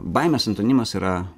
baimės antonimas yra